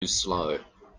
slow